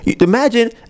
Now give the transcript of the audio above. imagine